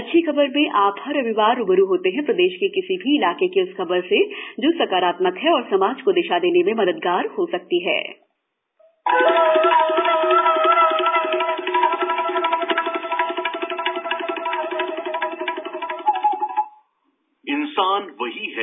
अच्छी खबर में आप हर रविवार रूबरू होते हैं प्रदेश के किसी भी इलाके की उस खबर से जो सकारात्मक है और समाज को दिशा देने में मददगार हो सकती है